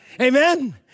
Amen